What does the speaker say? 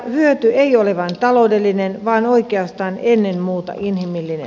hyöty ei ole vain taloudellinen vaan oikeastaan ennen muuta inhimillinen